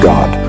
God